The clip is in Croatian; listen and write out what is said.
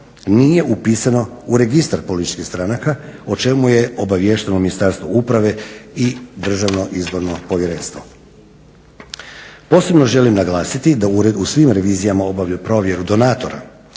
nije upisano u registar političkih stranaka o čemu je obaviješteno Ministarstvo uprave i Državno izborno povjerenstvo. Posebno želim naglasiti da ured u svim revizijama obavlja provjeru donatora